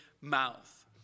mouth